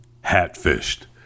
hat-fished